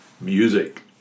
music